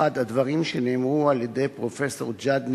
1. הדברים שנאמרו על-ידי פרופסור ג'אד נאמן,